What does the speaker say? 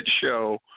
show